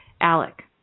ALEC